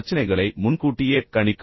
பிரச்சினைகளை முன்கூட்டியே கணிக்கவும்